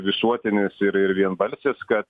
visuotinis ir ir vienbalsis kad